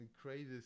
crazy